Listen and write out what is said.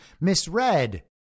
misread